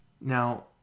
Now